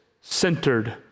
centered